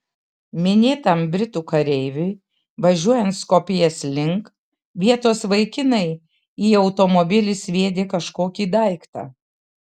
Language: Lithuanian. minėtam britų kareiviui važiuojant skopjės link vietos vaikinai į automobilį sviedė kažkokį daiktą